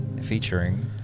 featuring